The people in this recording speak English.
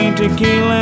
tequila